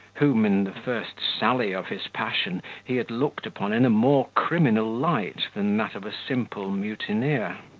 whom, in the first sally of his passion, he had looked upon in a more criminal light than that of a simple mutineer.